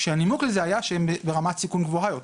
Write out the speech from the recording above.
כשהנימוק לזה היה שהם ברמת סיכון גבוהה יותר.